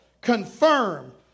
confirm